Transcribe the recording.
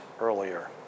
earlier